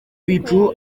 bicu